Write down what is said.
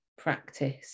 practice